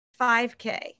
5k